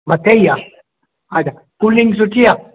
मथे ही आहे अच्छा कूलिंग सुठी आहे